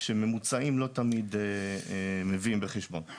שממוצעים לא תמיד מביאים בחשבון.